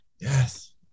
Yes